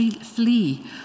flee